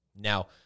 now